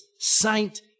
saint